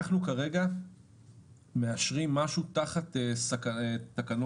אנחנו כרגע מאשרים משהו תחת תקנות